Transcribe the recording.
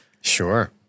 Sure